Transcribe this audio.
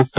ಮುಕ್ತ